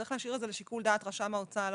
צריך להשאיר את זה לשיקול דעת רשם ההוצאה לפועל,